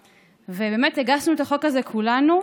ככה, ובאמת הגשנו את הצעת החוק הזאת כולנו,